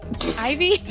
Ivy